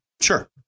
sure